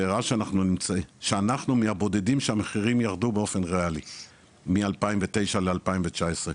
וראה שאנחנו מהבודדים שהמחירים ירדו באופן ריאלי מ- 2009 ל- 2019,